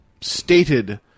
stated